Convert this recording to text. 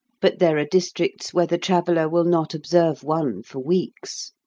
but there are districts where the traveller will not observe one for weeks.